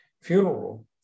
funeral